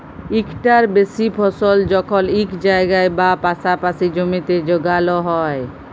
ইকটার বেশি ফসল যখল ইক জায়গায় বা পাসাপাসি জমিতে যগাল হ্যয়